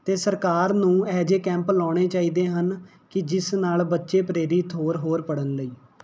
ਅਤੇ ਸਰਕਾਰ ਨੂੰ ਇਹ ਜਿਹੇ ਕੈਂਪ ਲਾਉਣੇ ਚਾਹੀਦੇ ਹਨ ਕਿ ਜਿਸ ਨਾਲ ਬੱਚੇ ਪ੍ਰੇਰਿਤ ਹੋਰ ਹੋਰ ਪੜ੍ਹਨ ਲਈ